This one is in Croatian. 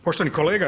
Poštovani kolega.